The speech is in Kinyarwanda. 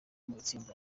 itsinda